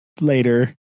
later